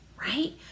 right